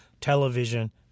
television